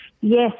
Yes